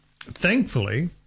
thankfully